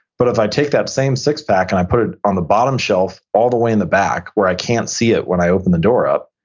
but if i take that same six pack, and i put it on the bottom shelf, all the way in the back, where i can't see it when i open the door up,